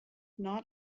not